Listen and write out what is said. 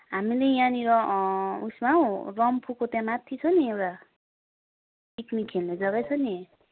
हामीले यहाँनिर ऊ यससमा हौ रम्फूको त्यहाँ माथि छ नि एउटा पिकनिक खेल्ने जग्गै छ नि